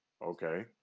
Okay